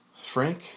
Frank